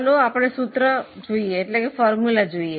ચાલો આપણે સૂત્ર જોઈએ